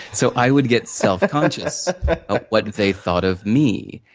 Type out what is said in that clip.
so, i would get self-conscious of what they thought of me.